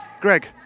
Greg